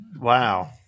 Wow